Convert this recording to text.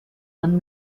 man